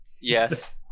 Yes